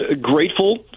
grateful